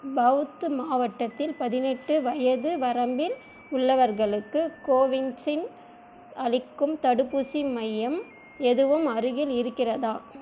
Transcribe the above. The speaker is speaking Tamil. பவ்த்து மாவட்டத்தில் பதினெட்டு வயது வரம்பில் உள்ளவர்களுக்கு கோவின்சின் அளிக்கும் தடுப்பூசி மையம் எதுவும் அருகில் இருக்கிறதா